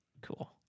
Cool